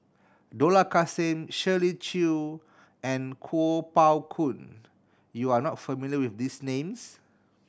Dollah Kassim Shirley Chew and Kuo Pao Kun you are not familiar with these names